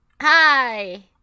Hi